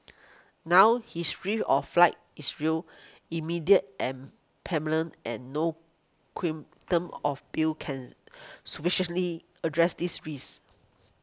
now his of flight is real immediate and and no quantum of bill can sufficiently address this rays